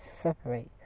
separate